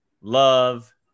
love